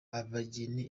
abageni